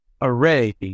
array